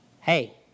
Hey